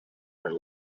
her